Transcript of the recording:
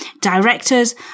directors